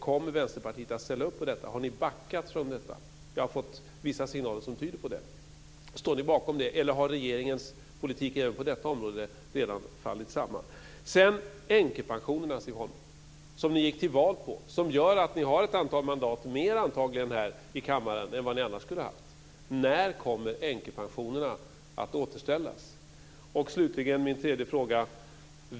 Kommer Vänsterpartiet att ställa upp på detta eller har ni backat från det? Jag har fått vissa signaler som tyder på det. Står ni bakom detta eller har regeringens politik även på detta område redan fallit samman? Änkepensionerna, Siv Holma, som ni gick till val på och som gör att ni antagligen har ett antal mandat mer i kammaren än ni annars skulle ha haft, när kommer de att återställas? Min sista fråga.